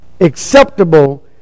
acceptable